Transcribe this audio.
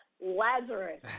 Lazarus